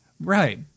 Right